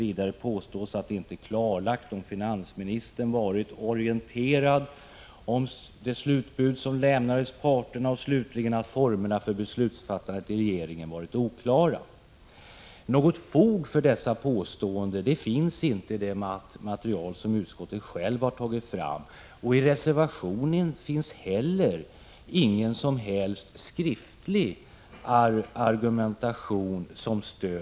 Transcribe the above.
Vidare påstås att det inte är klarlagt huruvida finansministern var orienterad om det slutbud som lämnades till parterna och, slutligen, att formerna för beslutsfattandet i regeringen har varit oklara. Något fog för dessa påståenden finns inte i det material som utskottet självt har tagit fram, och i reservationen finns ingen som helst skriftlig argumentation.